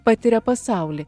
patiria pasaulį